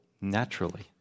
naturally